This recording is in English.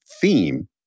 theme